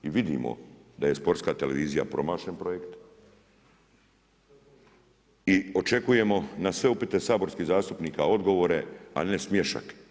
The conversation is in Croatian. I vidimo da je Sportska televizija promašen projekt i očekujemo na sve upite saborskih zastupnika odgovore a ne smiješak.